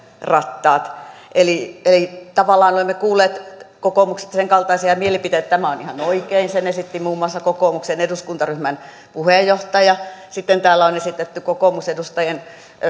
rattaat eli tavallaan olemme kuulleet kokoomuksesta senkaltaisia mielipiteitä että tämä on ihan oikein sen esitti muun muassa kokoomuksen eduskuntaryhmän puheenjohtaja sitten täällä on esitetty kokoomusedustajien